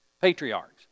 Patriarchs